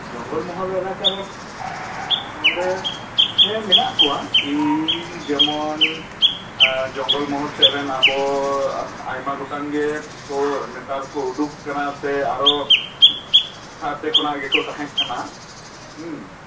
ᱡᱚᱝᱜᱚᱞ ᱢᱚᱦᱚᱞ ᱮᱞᱟᱠᱟᱨᱮ ᱱᱚᱰᱮ ᱦᱮᱱᱟᱜ ᱠᱚᱣᱟ ᱡᱮᱢᱚᱱ ᱡᱚᱝᱜᱚᱞ ᱢᱚᱦᱚᱞ ᱥᱮᱫ ᱨᱮᱱ ᱟᱵᱚ ᱟᱭᱢᱟ ᱜᱚᱴᱟᱝ ᱜᱮ ᱠᱚ ᱱᱮᱛᱟᱨ ᱠᱚ ᱩᱰᱳᱠ ᱟᱠᱟᱱᱟ ᱥᱮ ᱟᱨ ᱦᱚᱸ ᱦᱟᱱᱛᱮ ᱠᱷᱚᱱᱟᱜ ᱜᱮᱠᱚ ᱛᱟᱦᱮᱠᱟᱱᱟ